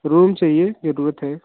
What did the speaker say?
room चाहिए ज़रूरत है